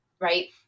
right